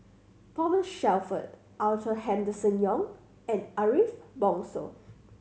Thomas Shelford Arthur Henderson Young and Ariff Bongso